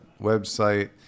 website